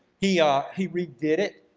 he um he redid it.